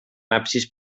absis